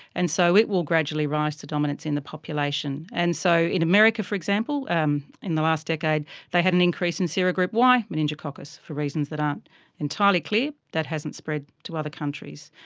and so it will gradually rise to dominance in the population. and so in america for example um in the last decade they had an increase in serogroup y meningococcus, for reasons that aren't entirely clear. that hasn't spread to other countries.